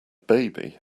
baby